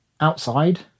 outside